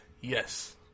yes